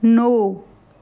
no